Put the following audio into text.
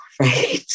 right